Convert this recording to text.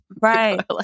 Right